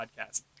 podcast